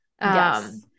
Yes